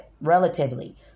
relatively